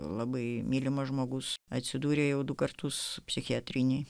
labai mylimas žmogus atsidūrė jau du kartus psichiatrinėje